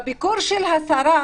בביקור של השרה